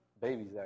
babies